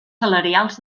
salarials